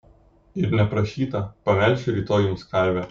ir neprašyta pamelšiu rytoj jums karvę